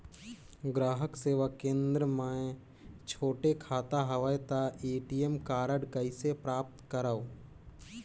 ग्राहक सेवा केंद्र मे छोटे खाता हवय त ए.टी.एम कारड कइसे प्राप्त करव?